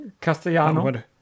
Castellano